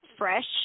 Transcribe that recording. fresh